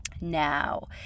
Now